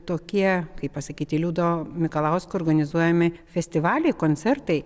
tokie kaip pasakyti liudo mikalausko organizuojami festivaliai koncertai